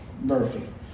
Murphy